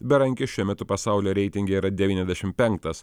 berankis šiuo metu pasaulio reitinge yra devyniasdešim penktas